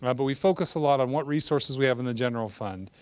um but we focus a lot on what resources we have in the general fund.